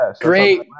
Great